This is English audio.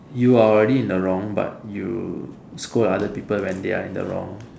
you are already in the wrong but you scold other people when they are in the wrong